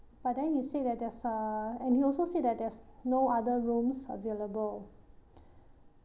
but then he said that there's a and he also said that there's no other rooms available